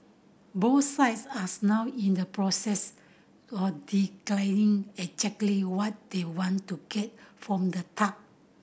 both sides as now in the process of declining exactly what they want to get from the talk